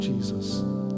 Jesus